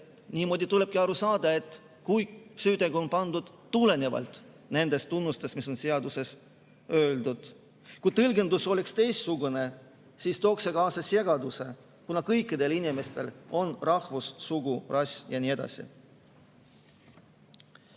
niimoodi tulebki aru saada, et süütegu on pandud toime tulenevalt nendest tunnustest, mis on seaduses öeldud. Kui tõlgendus oleks teistsugune, siis tooks see kaasa segaduse, kuna kõikidel inimestel on rahvus, sugu, rass ja nii edasi.